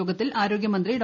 യോഗത്തിൽ ആരോഗ്യമന്ത്രി ഡോ